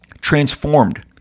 transformed